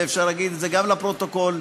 אפשר להגיד גם את זה לפרוטוקול,